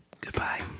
Goodbye